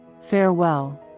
farewell